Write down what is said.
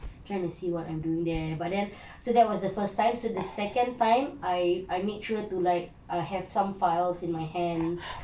trying to see what I'm doing there but then so that was the first time so the second time I I make sure to like I have some files in my hand and